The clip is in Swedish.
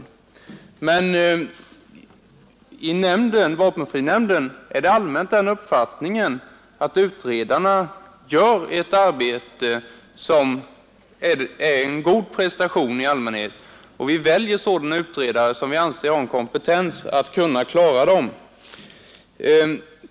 I vapenfrinämnden finns emellertid allmänt den uppfattningen att utredarna gör ett arbete som i allmänhet är en god prestation. Nämnden väljer vidare sådana utredare som den anser har kompetens att klara det hela.